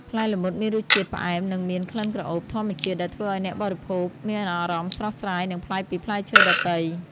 ផ្លែល្មុតមានរសជាតិ ផ្អែម និងមាន ក្លិនក្រអូប ធម្មជាតិ ដែលធ្វើឲ្យអ្នកបរិភោគមានអារម្មណ៍ស្រស់ស្រាយ និងប្លែកពីផ្លែឈើដទៃ។